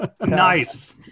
Nice